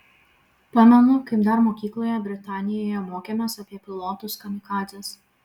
pamenu kaip dar mokykloje britanijoje mokėmės apie pilotus kamikadzes